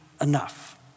enough